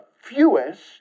fewest